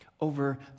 over